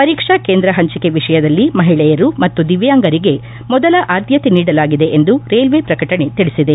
ಪರೀಕ್ಷಾ ಕೇಂದ್ರ ಹಂಚಿಕೆ ವಿಷಯದಲ್ಲಿ ಮಹಿಳೆಯರು ಮತ್ತು ದಿವ್ಯಾಂಗರಿಗೆ ಮೊದಲ ಆದ್ಯತೆ ನೀಡಲಾಗಿದೆ ಎಂದು ರೈಲ್ವೆ ಪ್ರಕಟಣೆ ತಿಳಿಸಿದೆ